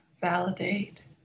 validate